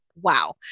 wow